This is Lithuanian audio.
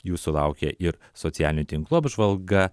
jūsų laukia ir socialinių tinklų apžvalga